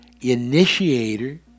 initiator